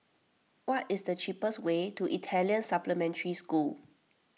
what is the cheapest way to Italian Supplementary School